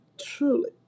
truly